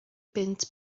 bunt